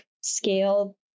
scale